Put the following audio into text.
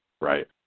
right